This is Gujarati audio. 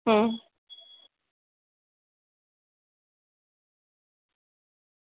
હમ્મ